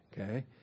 okay